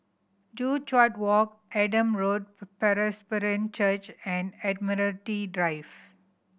Joo Chiat Walk Adam Road Presbyterian Church and Admiralty Drive